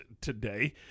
today